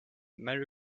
merry